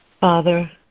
father